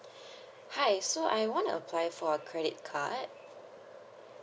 hi so I want to apply for credit card